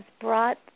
brought